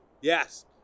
Yes